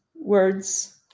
words